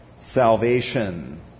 salvation